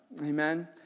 Amen